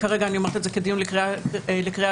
כרגע, נכון לעכשיו, לקריאה הראשונה,